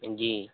जी